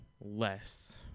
less